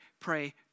pray